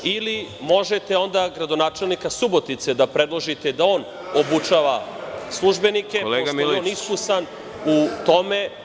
Ili, možete onda gradonačelnika Subotice da predložite da on obučava službenike, jer je on iskusan u tome.